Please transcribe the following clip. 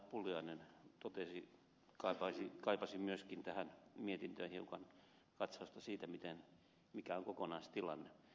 pulliainen totesi kaipaisin myöskin tähän mietintöön hiukan katsausta siitä mikä on kokonaistilanne